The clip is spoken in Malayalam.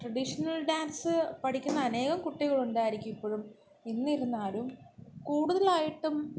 ട്രഡീഷ്ണൽ ഡാൻസ് പഠിക്കുന്ന അനേകം കുട്ടികളുണ്ടായിരിക്കും ഇപ്പോഴും എന്നിരുന്നാലും കൂടുതലായിട്ടും